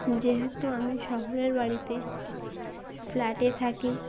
যেহেতু আমি শহরের বাড়িতে ফ্ল্যাটে থাকি